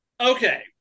Okay